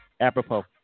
Apropos